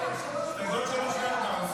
הסתייגויות 3 ו-4 הוסרו?